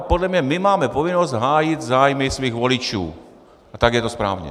Podle mě my máme povinnost hájit zájmy svých voličů a tak je to správně!